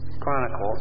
Chronicles